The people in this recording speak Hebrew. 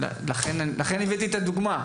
לכן, הבאתי את הדוגמה.